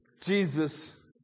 Jesus